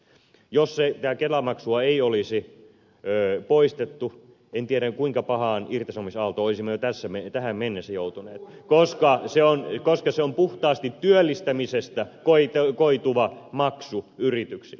jos sitä kelamaksua ei olisi poistettu en tiedä kuinka pahaan irtisanomisaaltoon olisimme jo tähän mennessä joutuneet koska se on puhtaasti työllistämisestä koituva maksu yrityksille